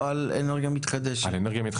אדוני.